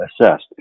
assessed